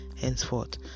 henceforth